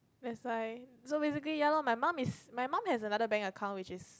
that's why so basically ya lor my mum is my mum has another bank account which is